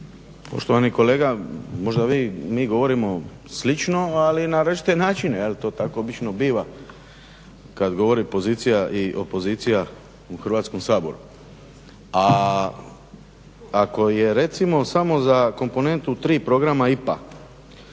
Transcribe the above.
Poštovani kolega, možda mi govorimo slično ali na različite načine. To tako obično biva kad govori pozicija i opozicija u Hrvatskom saboru. A ako je recimo samo za komponentu 3 programa IPA